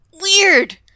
Weird